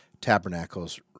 Tabernacles